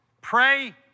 pray